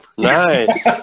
Nice